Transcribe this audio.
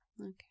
Okay